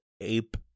Ape